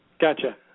Gotcha